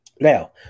Now